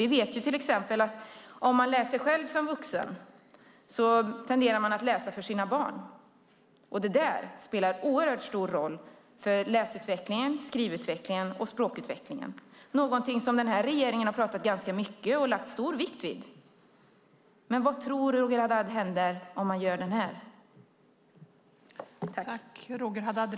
Vi vet att om man själv läser som vuxen tenderar man att också läsa för sina barn, och det spelar oerhört stor roll för läsutvecklingen, skrivutvecklingen och språkutvecklingen, vilket den nuvarande regeringen talat ganska mycket om och lagt stor vikt vid. Vad tror Roger Haddad händer om man gör som det föreslås?